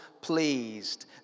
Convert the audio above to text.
pleased